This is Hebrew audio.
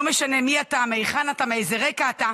לא משנה מי אתה, מהיכן אתה, מאיזה רקע אתה,